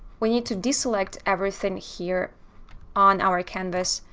we need to deselect everything here on our canvas,